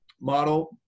model